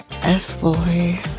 F-boy